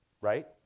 right